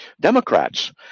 Democrats